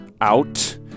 out